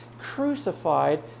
crucified